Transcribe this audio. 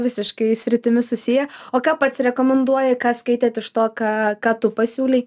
visiškai sritimi susiję o ką pats rekomenduoji ką skaitėt iš to ką ką tu pasiūlei